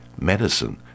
medicine